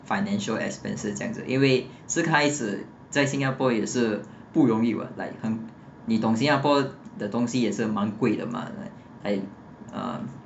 financial expenses 这样子因为是开始在新加坡也是不容易 [what] like 很你懂新加坡的东西也是蛮贵的 mah like uh